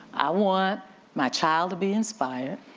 i want my child to be inspired,